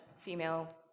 female